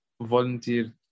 volunteer